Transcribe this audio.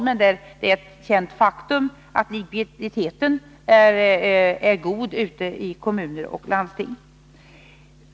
Det är dock ett känt faktum att likviditeten är god i kommuner och landsting.